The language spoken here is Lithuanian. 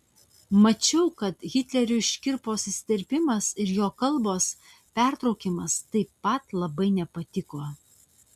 mačiau kad hitleriui škirpos įsiterpimas ir jo kalbos pertraukimas taip pat labai nepatiko